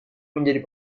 menjadi